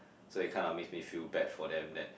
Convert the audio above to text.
so it kind of makes me feel bad for them that